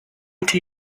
into